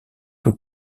que